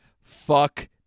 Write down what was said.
fuck